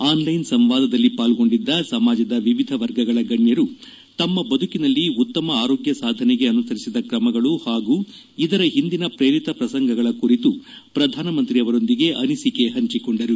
online ಸಂವಾದದಲ್ಲಿ ಪಾಲ್ಗೊಂಡಿದ್ದ ಸಮಾಜದ ವಿವಿಧ ವರ್ಗಗಳ ಗಣ್ಣರು ತಮ್ನ ಬದುಕಿನಲ್ಲಿ ಉತ್ತಮ ಆರೋಗ್ಯ ಸಾಧನೆಗೆ ಅನುಸರಿಸಿದ ಕ್ರಮಗಳು ಹಾಗೂ ಇದರ ಹಿಂದಿನ ಪ್ರೇರಿತ ಪ್ರಸಂಗಗಳ ಕುರಿತು ಪ್ರಧಾನಮಂತ್ರಿ ಅವರೊಂದಿಗೆ ಅನಿಸಿಕೆ ಹಂಚಿಕೊಂಡರು